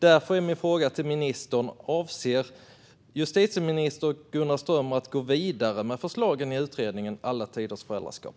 Därför är min fråga till ministern: Avser justitieminister Gunnar Strömmer att gå vidare med förslagen i utredningen Alla tiders föräldraskap .